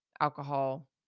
alcohol